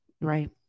Right